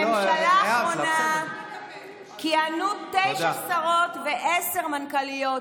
בממשלה האחרונה כיהנו תשע שרות ועשר מנכ"ליות,